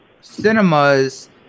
cinemas